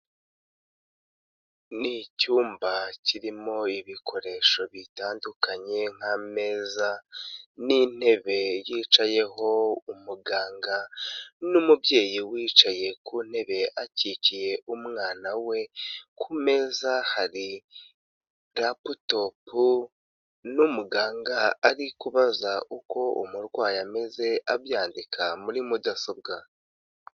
Ni icyumba kirimo ibikoresho bitandukanye nk'ameza n'intebe yicayeho umuganga n'umubyeyi wicaye ku ntebe akikiye umwana we, ku meza hari raputopu n'umuganga ari kubaza uko umurwayi ameze, abyandika muri mudasobwa.